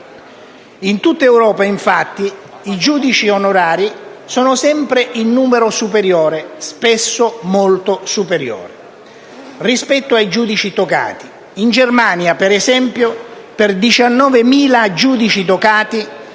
In tutta Europa, infatti, i giudici onorari sono sempre in numero superiore (spesso molto superiore) rispetto ai giudici togati. In Germania, per esempio, per circa 19.000 giudici togati